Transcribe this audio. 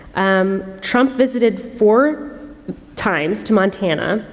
um, trump visited four times to montana.